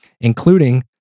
including